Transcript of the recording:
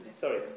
Sorry